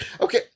Okay